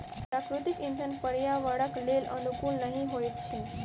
प्राकृतिक इंधन पर्यावरणक लेल अनुकूल नहि होइत अछि